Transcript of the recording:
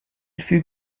fut